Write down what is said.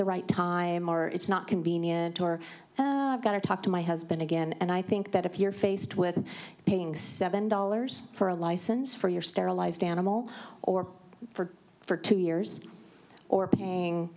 the right time or it's not convenient or got to talk to my husband again and i think that if you're faced with paying seven dollars for a license for your sterilized animal or for two years or paying